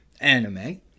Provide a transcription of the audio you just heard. anime